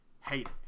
hate